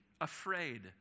afraid